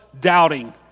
doubting